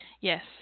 Yes